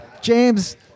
James